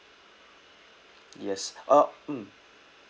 yes uh mm